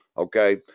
Okay